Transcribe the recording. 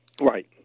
Right